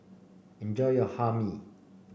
enjoy your Hae Mee